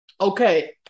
Okay